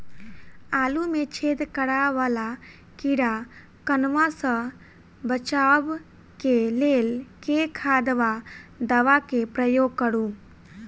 आलु मे छेद करा वला कीड़ा कन्वा सँ बचाब केँ लेल केँ खाद वा दवा केँ प्रयोग करू?